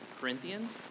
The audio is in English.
Corinthians